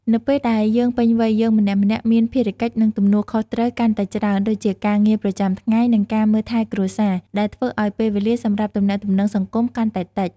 នៅពេលដែលយើងពេញវ័យ យើងម្នាក់ៗមានភារកិច្ច និងទំនួលខុសត្រូវកាន់តែច្រើន ដូចជាការងារប្រចាំថ្ងៃ និងការមើលថែគ្រួសារ ដែលធ្វើឱ្យពេលវេលាសម្រាប់ទំនាក់ទំនងសង្គមកាន់តែតិច។